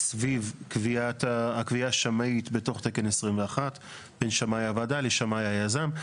סביב הקביעה השמאית בתוך תקן 21. בין שמאי הוועדה לשמאי היזם.